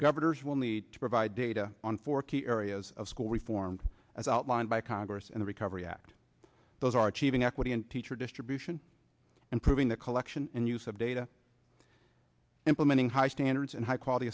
governors will need to provide data on four key areas of school reform as outlined by congress in the recovery act those are achieving equity and teacher distribution and proving the collection and use of data implementing high standards and high quality